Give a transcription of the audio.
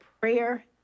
prayer